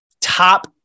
top